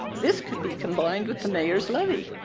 this could be combined with the mayor's levee.